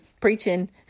preaching